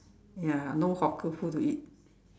ya no hawker food to eat